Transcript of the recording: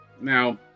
Now